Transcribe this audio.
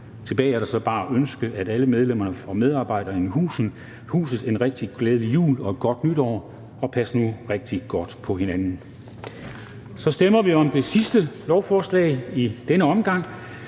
Tilbage er der så bare at ønske alle medlemmer og medarbejdere i huset en rigtig glædelig jul og et godt nytår. Og pas nu rigtig godt på hinanden. --- Det sidste punkt på dagsordenen